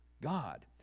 God